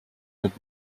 would